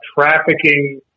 trafficking